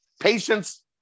Patience